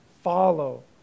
Follow